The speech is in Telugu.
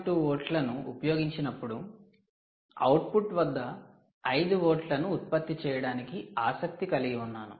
2 వోల్ట్లను ఉపయోగించినప్పుడు అవుట్పుట్ వద్ద 5 వోల్ట్లను ఉత్పత్తి చేయడానికి ఆసక్తి కలిగి ఉన్నాను